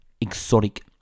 Exotic